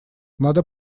надо